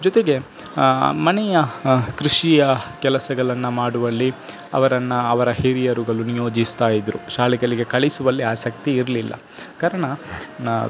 ಜೊತೆಗೆ ಮನೆಯ ಕೃಷಿಯ ಕೆಲಸಗಳನ್ನು ಮಾಡುವಲ್ಲಿ ಅವರನ್ನು ಅವರ ಹಿರಿಯರುಗಳು ನಿಯೋಜಿಸ್ತಾ ಇದ್ದರು ಶಾಲೆಗಳಿಗೆ ಕಳಿಸುವಲ್ಲಿ ಆಸಕ್ತಿ ಇರಲಿಲ್ಲ ಕಾರಣ ನ